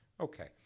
Okay